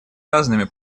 разными